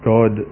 God